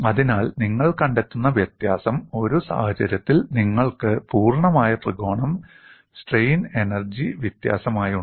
അതിനാൽ നിങ്ങൾ കണ്ടെത്തുന്ന വ്യത്യാസം ഒരു സാഹചര്യത്തിൽ നിങ്ങൾക്ക് പൂർണ്ണമായ ത്രികോണം സ്ട്രെയിൻ എനർജി വ്യത്യാസമായി ഉണ്ട്